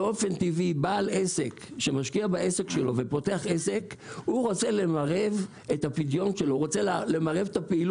באופן טבעי בעל עסק שמשקיע בעסק שלו רוצה למנף את הפדיון ואת הפעילות.